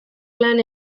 lan